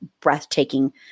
breathtaking